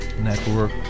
Network